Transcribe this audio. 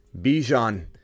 Bijan